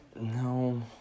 No